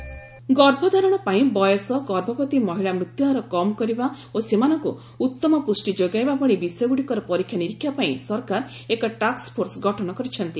WCD task force ଗର୍ଭ ଧାରଣ ପାଇଁ ବୟସ ଗର୍ଭବତୀ ମହିଳା ମୃତ୍ୟୁହାର କମ୍ କରିବା ଓ ସେମାନଙ୍କୁ ଉତ୍ତମ ପୁଷ୍ଟି ଯୋଗାଇବା ଭଳି ବିଷୟଗୁଡ଼ିର ପରୀକ୍ଷାନିରୀକ୍ଷା ପାଇଁ ସରକାର ଏକ ଟାସ୍କଫୋର୍ସ ଗଠନ କରିଛନ୍ତି